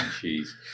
cheese